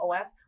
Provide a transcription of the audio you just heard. OS